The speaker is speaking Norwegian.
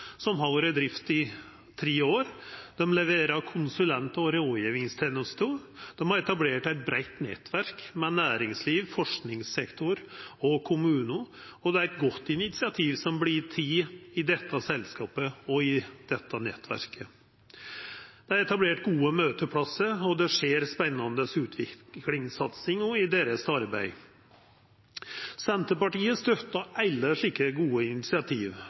som har vore i drift i tre år. Dei leverer konsulent- og rådgjevingstenester. Dei har etablert eit breitt nettverk med næringsliv, forskingssektor og kommunar, og det er gode initiativ som vert tekne i dette selskapet og i dette nettverket. Det er etablert gode møteplassar, og det skjer spennande utviklingssatsingar i arbeidet deira. Senterpartiet støttar alle slike gode initiativ.